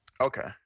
Okay